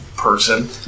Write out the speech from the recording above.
person